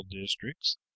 districts